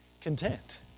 content